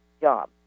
job